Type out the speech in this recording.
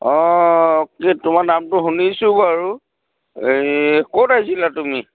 অঁ কি তোমাৰ নামটো শুনিছোঁ বাৰু এই ক'ত আছিলা তুমি